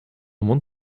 want